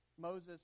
Moses